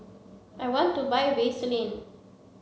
I want to buy Vaselin